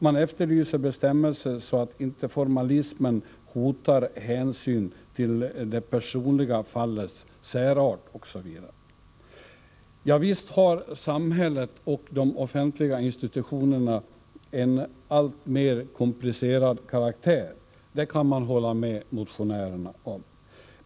Man efterlyser bestämmelser så att inte formalismen hotar hänsynstagandet till det personliga fallets särart osv. — Visst har samhället och de offentliga institutionerna fått en alltmer komplicerad karaktär, det kan man hålla med motionärerna om.